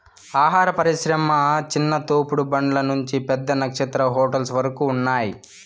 ఆహార పరిశ్రమ చిన్న తోపుడు బండ్ల నుంచి పెద్ద నక్షత్ర హోటల్స్ వరకు ఉన్నాయ్